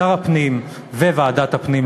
שר הפנים וועדת הפנים,